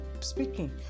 speaking